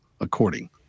according